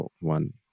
one